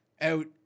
out